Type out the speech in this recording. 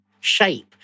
shape